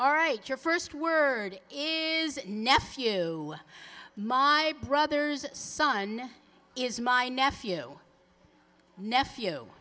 all right your first word is nephew my brother's son is my nephew nephew